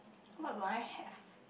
what will I have